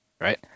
right